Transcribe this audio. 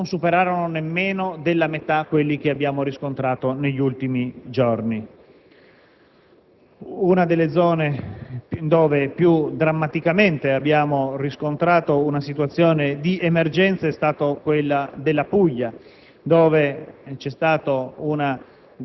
non superarono nemmeno della metà quelli che abbiamo riscontrato negli ultimi giorni. Una delle zone dove più drammaticamente abbiamo riscontrato una situazione d'emergenza è stata quella della Puglia, dove si è verificata una